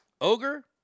Ogre